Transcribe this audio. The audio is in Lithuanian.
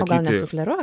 o gal nesufleruo